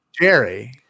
Jerry